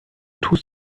tust